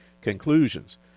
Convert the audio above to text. conclusions